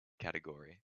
category